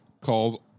called